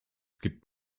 gibt